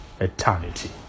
eternity